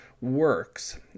works